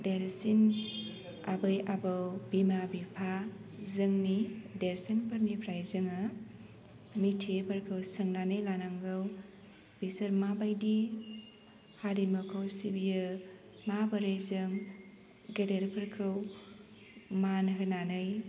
देरसिन आबै आबौ बिमा बिफा जोंनि देरसिनफोरनिफ्राय जोङो मिथियैफोरखौ सोंनानै लानांगौ बेसोर माबायदि हारिमुखौ सिबियो माबोरै जों गेदेरफोरखौ मान होनानै